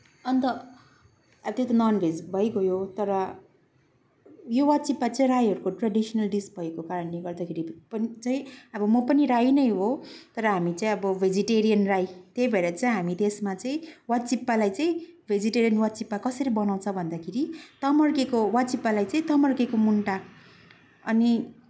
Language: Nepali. अन्त यत्ति त नन् भेज भइगयो तर यो वाचिप्पाहरू चाहिँ राईहरूको ट्रेडिसनल डिस भएको कारणले गर्दाखेरि पनि चाहिँ अब म पनि राई नै हो तर हामी चाहिँ अब भेजिटेरियन राई त्यही भएर चाहिँ हामी त्यसमा चाहिँ वाचिप्पालाई चाहिँ भेजिटेरियन वाचिप्पा कसरी बनाउँछन् भन्दाखेरि तमर्केको वाचिप्पालाई चाहिँ तमर्केको मुन्टा अनि